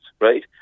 Right